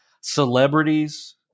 celebrities